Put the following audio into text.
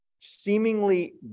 seemingly